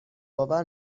آور